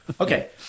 Okay